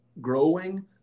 growing